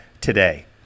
today